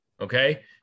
okay